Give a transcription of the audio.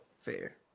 Fair